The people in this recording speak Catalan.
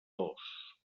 dos